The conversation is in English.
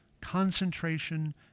concentration